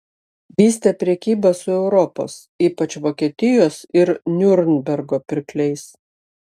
vystė prekybą su europos ypač vokietijos ir niurnbergo pirkliais